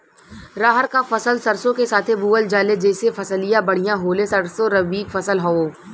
रहर क फसल सरसो के साथे बुवल जाले जैसे फसलिया बढ़िया होले सरसो रबीक फसल हवौ